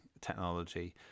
technology